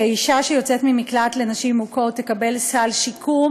שאישה שיוצאת ממקלט לנשים מוכות תקבל סל שיקום